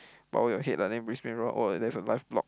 power your head lah then Brisbane-Roar oh there's a live blog